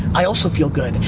i also feel good.